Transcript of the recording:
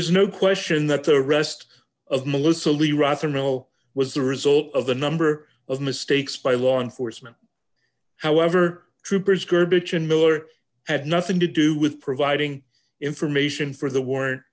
is no question that to rest of melissa leo rothermel was the result of a number of mistakes by law enforcement however troopers garbage in miller had nothing to do with providing information for the war